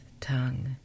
tongue